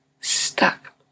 stuck